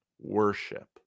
worship